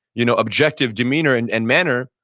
you know objective, demeanor and and manner,